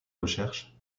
recherches